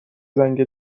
زنگ